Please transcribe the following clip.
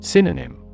Synonym